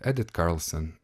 edis karlson